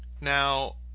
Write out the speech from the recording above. now